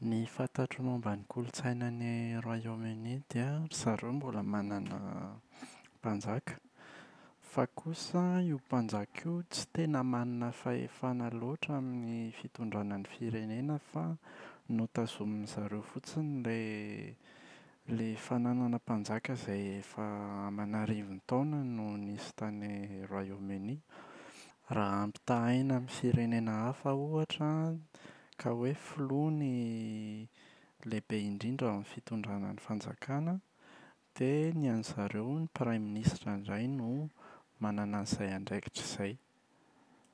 Ny fantatro momba ny kolontsaina any Royaume-Uni dia ry zareo mbola manana mpanjaka, fa kosa io mpanjaka io tsy tena manana fahefana loatra amin’ny fitondrana ny firenena fa notazomin’izareo fotsiny ilay ilay fananana mpanjaka izay efa aman’arivon-taona no nisy tany Royaume-Uni. Raha ampitahaina amin’ny firenena hafa ohatra ka hoe filoha ny lehibe indrindra amin’ny fitondrana ny fanjakana dia ny an’izareo ny praiminisitra indray no manana an’izay andraikitra izay.